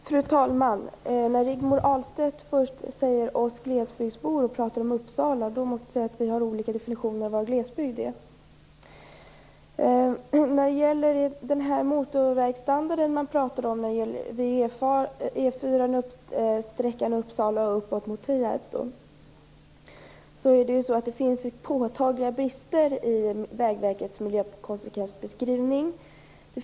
Fru talman! När Rigmor Ahlstedt först talar om "oss glesbygdsbor" och sedan pratar om Uppsala, måste jag säga att vi har olika definitioner av glesbygd. När det gäller motorvägsstandard på E 4-sträckan från Uppsala upp mot Tierp, som man pratar om, finns det påtagliga brister i Vägverkets miljökonsekvensbeskrivning.